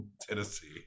Tennessee